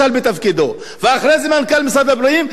ואחרי זה מנכ"ל משרד הפנים ואחר כך השר.